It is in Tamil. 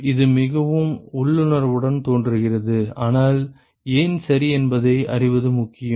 இது மிகவும் உள்ளுணர்வுடன் தோன்றுகிறது ஆனால் ஏன் சரி என்பதை அறிவது முக்கியம்